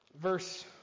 verse